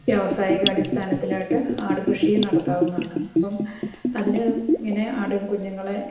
വ്യവസായിക അടിസ്ഥാനത്തിലായിട്ട് ആട് കൃഷിയും നടത്താവുന്നതാണ് അപ്പം അപ്പം ഇങ്ങനെ ആടിൻ കുഞ്ഞുങ്ങളെ